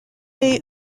est